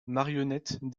marionnettes